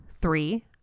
three